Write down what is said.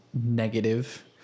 negative